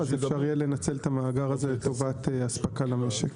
אז אפשר יהיה לנצל את המאגר הזה לטובת אספקה למשק.